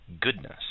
goodness